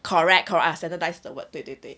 correct correct standardised the word 对对对